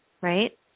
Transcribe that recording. right